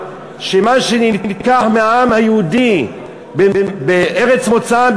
שמה שנלקח מהעם היהודי בארץ מוצאם,